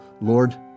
Lord